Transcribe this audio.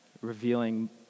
Revealing